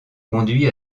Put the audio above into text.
conduit